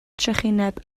trychineb